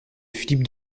philippe